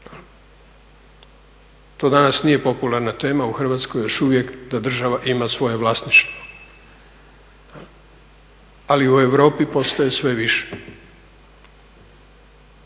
To danas nije popularna tema u Hrvatskoj još uvijek da država ima svoje vlasništvo. Ali u Europi postaje sve više.